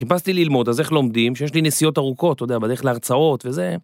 חיפשתי ללמוד אז איך לומדים, שיש לי נסיעות ארוכות, אתה יודע, בדרך להרצאות, וזה...